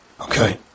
okay